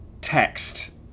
text